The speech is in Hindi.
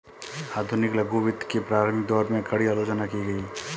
आधुनिक लघु वित्त के प्रारंभिक दौर में, कड़ी आलोचना की गई